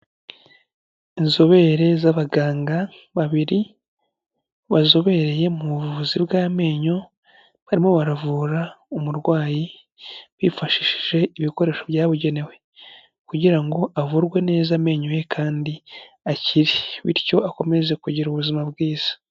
Inzobere z'abaganga babiri bazobereye mu buvuzi bw'amenyo, barimo baravura umurwayi bifashishije ibikoresho byabugenewe, kugirango avurwe neza amenyo ye kandi akiri, bityo akomeze kugira ubuzima bwiza.